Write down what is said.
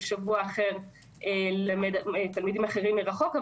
בשבוע ללמד תלמידים אחרים מרחוק,